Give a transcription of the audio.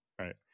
right